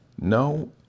No